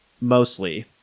mostly